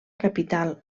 capital